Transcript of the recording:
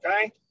okay